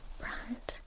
brand